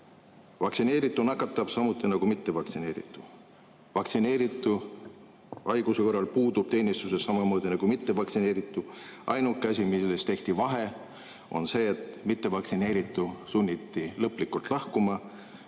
Vaktsineeritu nakatab samuti nagu mittevaktsineeritu. Vaktsineeritu puudub haiguse korral teenistusest samamoodi nagu mittevaktsineeritu. Ainuke asi, milles tehti vahe, on see, et mittevaktsineeritu sunniti lõplikult lahkuma,